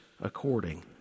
according